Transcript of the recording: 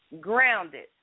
Grounded